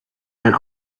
and